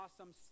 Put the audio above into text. awesome